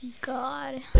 God